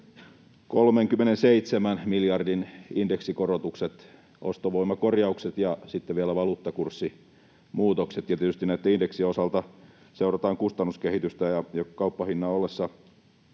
1,37 miljardin indeksikorotukset, ostovoimakorjaukset ja sitten vielä valuuttakurssimuutokset. Tietysti näitten indeksien osalta seurataan kustannuskehitystä, ja kauppahinnan ollessa